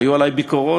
היו עלי ביקורות